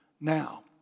now